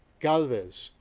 galvez,